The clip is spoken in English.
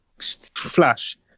flash